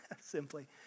simply